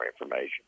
information